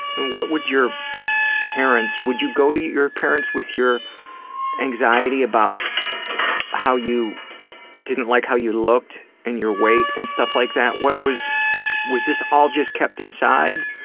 and what would your parents. would you go to your parents with your anxiety about how you didn't like how you looked and your weight, and stuff like that? was was this all just kept inside?